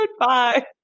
Goodbye